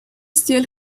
still